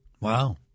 Wow